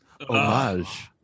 homage